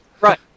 Right